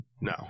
No